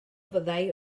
fyddai